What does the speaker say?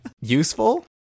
useful